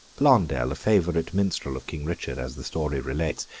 blondel, a favourite minstrel of king richard, as the story relates,